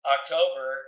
October